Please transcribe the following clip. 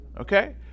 okay